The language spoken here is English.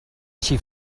she